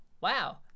wow